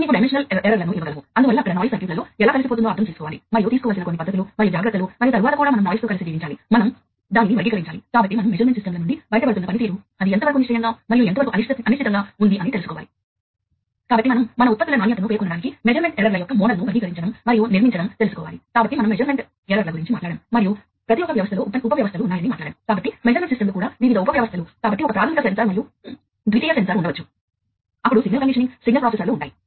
కాబట్టి ఆ కోణంలో అవి తెలివైనవి కావు అవి ప్రధానంగా పరికరాలు శక్తిని నిర్వహించే పరికరాలు మరియు వాస్తవానికి భౌతిక ప్రభావాన్ని సృష్టించే ప్రవాహం పరంగా ఉండవచ్చు ఉదాహరణకు ఒక వాల్వ్ బహుశా ఒక వాల్వ్ పొజిషనర్ వాస్తవానికి వాల్వ్ను డ్రైవ్ చేస్తుంది షాఫ్ట్ లేదా అది హీటర్ కావచ్చు